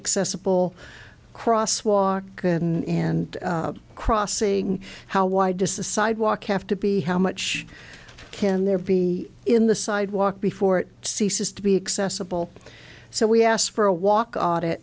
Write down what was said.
accessible crosswalk because in crossing how why does a sidewalk have to be how much can there be in the sidewalk before it ceases to be accessible so we asked for a walk